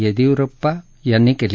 येदीयुरप्पा यांनी केली